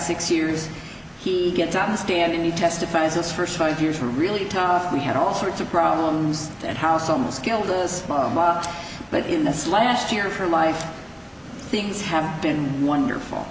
six years he gets on the stand and he testifies his first five years are really tough we had all sorts of problems that house on the scale of this but in this last year for life things have been wonderful